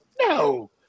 No